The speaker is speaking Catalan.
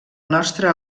nostre